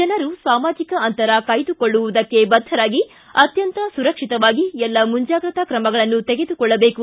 ಜನರು ಸಾಮಾಜಿಕ ಅಂತರ ಕಾಯ್ದುಕೊಳ್ಳುವುದಕ್ಕೆ ಬದ್ದರಾಗಿ ಅತ್ಯಂತ ಸುರಕ್ಷಿತವಾಗಿ ಎಲ್ಲ ಮುಂಜಾಗ್ರತಾ ಕ್ರಮಗಳನ್ನು ತೆಗೆದುಕೊಳ್ಳಬೇಕು